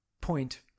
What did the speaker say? point